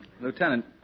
Lieutenant